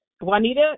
Juanita